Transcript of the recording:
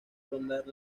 rondar